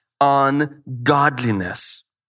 ungodliness